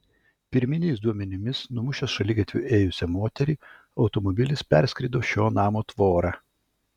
pirminiais duomenimis numušęs šaligatviu ėjusią moterį automobilis perskrido šio namo tvorą